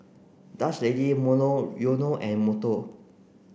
Dutch Lady Monoyono and Monto